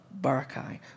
Barakai